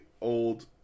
old